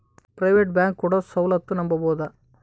Private bank ಕೊಡೊ ಸೌಲತ್ತು ನಂಬಬೋದ?